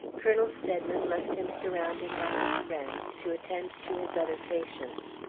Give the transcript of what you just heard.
colonel steadman left him surrounded by his friends, to attend to his other patients.